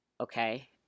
okay